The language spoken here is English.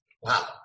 wow